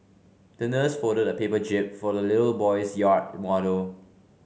the nurse folded a paper jib for the little boy's yacht model